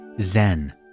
Zen